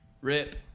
RIP